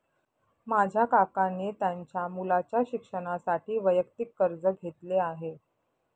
माझ्या काकांनी त्यांच्या मुलाच्या शिक्षणासाठी वैयक्तिक कर्ज घेतले आहे